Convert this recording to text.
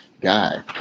guy